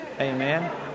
Amen